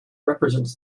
represents